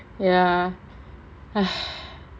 ya